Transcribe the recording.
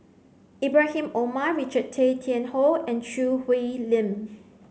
Ibrahim Omar Richard Tay Tian Hoe and Choo Hwee Lim